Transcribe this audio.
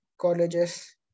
colleges